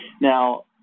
Now